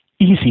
easy